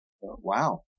Wow